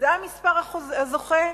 זה המספר הזוכה?